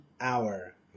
hour